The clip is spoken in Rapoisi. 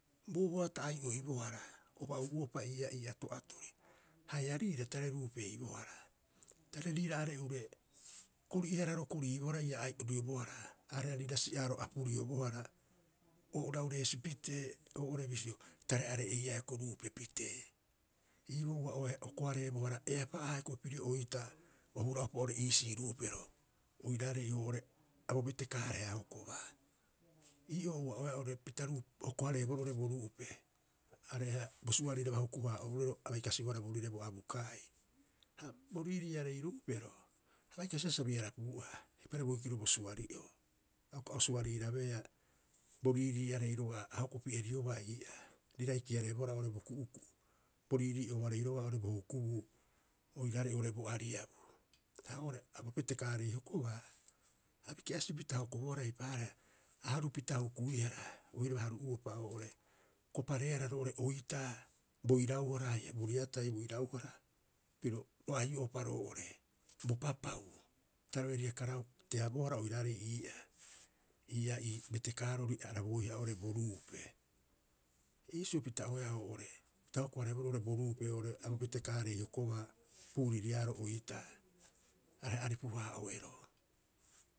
Boboa ta ai'oibohara o ba'u'uopa ii'aa ii ato'atori haia riira tare ruupeibohara. Tare riira are'ure kori'ihararo koriibohara ia ai'oriobohara aareha riira si'aaro apuriobohara oirau reesi pitee oo'ore bisio tare are'eiaa hioko'i ruupe pitee. Iiboo ua oe hoko- hareebohara eapaa'aha hioko'i piro oitaa o huraupa hioko'i iisii ruupero oiraarei oo'ore a bo betekaareha hokobaa. Ii'oo ua'oea oo'ore pita ruu hoko- hareeboroo oo'ore bo ruupe, areha bo suriraba huku- haa'oeroo a bai kasibohara boorire bo abuukaai. Ha bo riiriiarei ruupero, a bai kasiba sa biarapiu'aha eipaareha boikiro bo suarii'oo. A uka o suariirabeea, bo riiriiiarei roga'a a hoko pieriobaa ii'aa riira hiki- hareebohara oo'ore bo ku'uku'u, bo riirii'oarei roga'a bo hukubuu, oiraarei oo'ore bo ariabu. Ha oo'ore a bo betekaarei hokobaa, a biki'asipita hokobohara eipaareha a harupita hukuihara oiraba haru'uopa oo'ore kopareeara roo'ore oitaa bo irauhara haia bo riatai bo irauhara piro ro ai'oupa roo'ore bo papau ta raberi karaupa oiraarei ii'aa, ii'aa ii betekaarori arabooiha oo'ore bo ruupe. Iisio pita'oeaa oo'ore, pita hoko- hareeboroo bo ruupe oo'ore a bo betekaarei hokobaa puuririaaro oitaa areha aripu- haa'oeroo.